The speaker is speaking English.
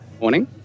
Morning